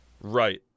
Right